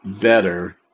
better